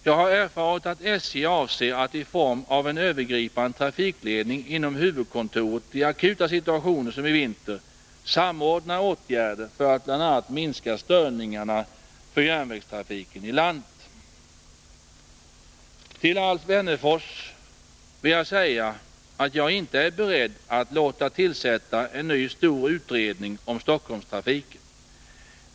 Jag har erfarit att SJ avser att i form av en övergripande trafikledning inom huvudkontoret i akuta situationer som i vinter samordna åtgärder för att bl.a. minska störningarna för järnvägstrafiken i landet. Till Alf Wennerfors vill jag säga att jag inte är beredd att låta tillsätta en ny stor utredning om Stockholmstrafiken.